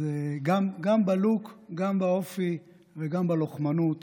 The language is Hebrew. אז גם בלוק, גם באופי, גם בלוחמנות